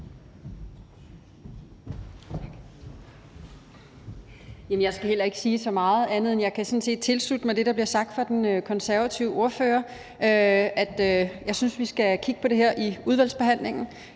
Jeg skal heller ikke sige så meget andet, end at jeg sådan set kan tilslutte mig det, der bliver sagt af den konservative ordfører. Jeg synes, vi skal kigge på det her i udvalgsbehandlingen